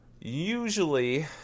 Usually